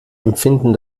empfinden